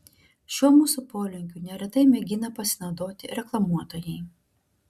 šiuo mūsų polinkiu neretai mėgina pasinaudoti reklamuotojai